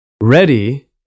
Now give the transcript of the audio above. Ready